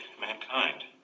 mankind